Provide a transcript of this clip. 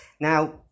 now